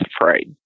afraid